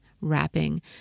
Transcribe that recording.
wrapping